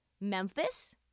Memphis